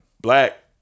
Black